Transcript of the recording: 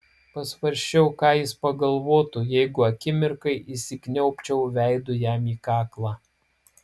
pasvarsčiau ką jis pagalvotų jeigu akimirkai įsikniaubčiau veidu jam į kaklą